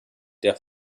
der